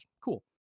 Cool